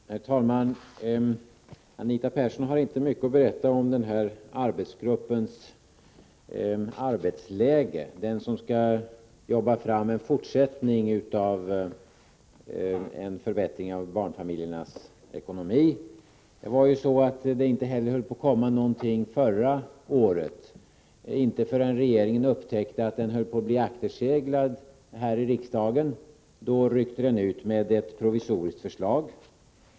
Herr talman! Anita Persson har inte mycket att berätta om arbetsläget i den arbetsgrupp som skall fortsätta att jobba fram en förbättring av barnfamiljernas ekonomi. Det var nära att det inte kom något resultat förra året heller, förrän regeringen upptäckte att den höll på att bli akterseglad här i riksdagen och ryckte ut med ett provisoriskt förslag.